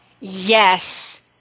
Yes